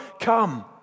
come